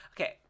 Okay